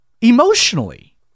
emotionally